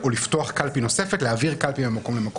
(ד) לא יאוחר מהיום ה-53 שלפני יום הבחירות ימסור